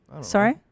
Sorry